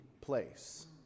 place